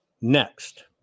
next